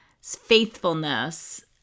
faithfulness